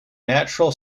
natural